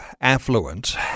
affluent